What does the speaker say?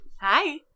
Hi